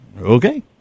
okay